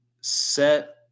set